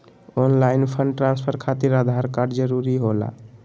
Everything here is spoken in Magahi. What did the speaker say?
ऑनलाइन फंड ट्रांसफर खातिर आधार कार्ड जरूरी होला?